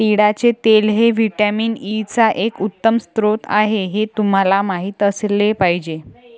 तिळाचे तेल हे व्हिटॅमिन ई चा एक उत्तम स्रोत आहे हे तुम्हाला माहित असले पाहिजे